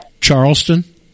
Charleston